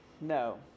No